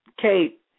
Kate